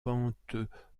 pentes